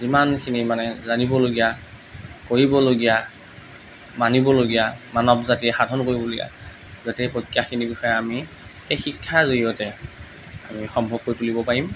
ইমানখিনি মানে জানিবলগীয়া কৰিবলগীয়া মানিবলগীয়া মানৱ জাতিয়ে সাধন কৰিবলগীয়া গতিকে সেই প্ৰজ্ঞাখিনিৰ বিষয়ে আমি সেই শিক্ষাৰ জৰিয়তে আমি সম্ভৱ কৰি তুলিব পাৰিম